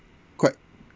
quite